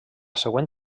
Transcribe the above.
següent